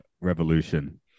revolution